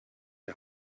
die